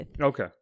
Okay